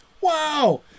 Wow